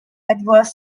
adverse